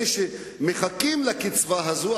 אלה שמחכים לקצבה הזאת,